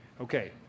Okay